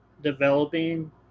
developing